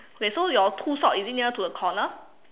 okay so your two sock is it near to the corner